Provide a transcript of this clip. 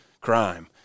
crime